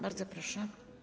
Bardzo proszę.